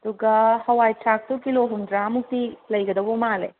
ꯑꯗꯨꯒ ꯍꯋꯥꯏ ꯊ꯭ꯔꯥꯛꯇꯣ ꯀꯤꯂꯣ ꯍꯨꯝꯗ꯭ꯔꯥꯃꯨꯛꯇꯤ ꯂꯩꯒꯗꯧꯕ ꯃꯥꯜꯂꯦ